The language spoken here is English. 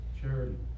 charity